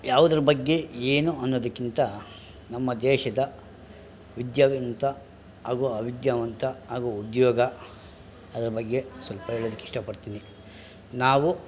ಯಾವುದ್ರ ಬಗ್ಗೆ ಏನು ಅನ್ನೋದಕ್ಕಿಂತ ನಮ್ಮ ದೇಶದ ವಿದ್ಯಾವಂತ ಹಾಗು ಅವಿದ್ಯಾವಂತ ಹಾಗೂ ಉದ್ಯೋಗ ಅದ್ರ ಬಗ್ಗೆ ಸೊಲ್ಪ ಹೇಳೋದಕ್ಕೆ ಇಷ್ಟಪಡ್ತೀನಿ ನಾವು